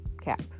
cap